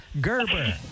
Gerber